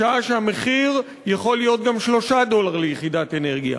בשעה שהמחיר יכול להיות גם 3 דולר ליחידת אנרגיה.